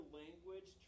language